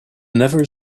never